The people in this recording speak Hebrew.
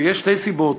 ויש שתי סיבות,